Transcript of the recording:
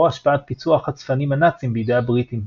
או השפעת פיצוח הצפנים הנאציים בידי הבריטים,